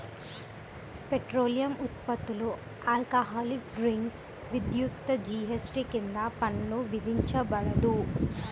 petroleum ఉత్పత్తులు, alcoholic drinks, విద్యుత్పై GST కింద పన్ను విధించబడదు